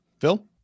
Phil